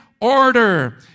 order